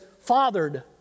fathered